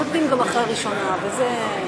נותנים גם אחרי הראשונה, אבל זה,